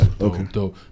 Okay